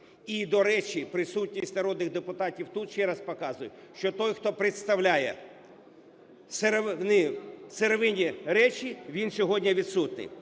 І, до речі, присутність народних депутатів тут ще раз показує, що той, хто представляє сировинні речі, він сьогодні відсутній.